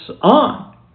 on